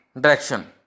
direction